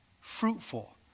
fruitful